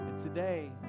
Today